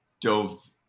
dove